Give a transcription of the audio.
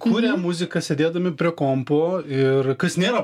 kuria muziką sėdėdami prie kompo ir kas nėra